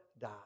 die